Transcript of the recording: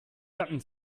gatten